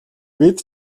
бид